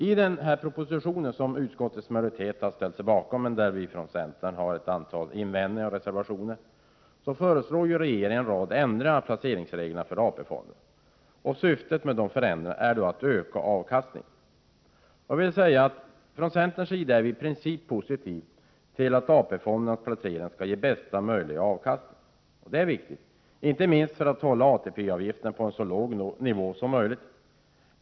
I propositionen, som utskottets majoritet helt ställt sig bakom, men där centern har ett antal invändningar, föreslår regeringen en rad ändringar av placeringsreglerna för AP-fonderna. Syftet är att öka avkastningen. Centern är i princip positiv till att AP-fondernas placeringar skall ge bästa möjliga avkastning. Det är viktigt, inte minst för att hålla ATP-avgiften på en så låg nivå som möjligt.